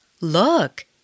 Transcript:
Look